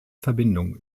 verbindung